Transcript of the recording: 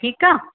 ठीकु आहे